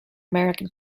american